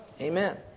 Amen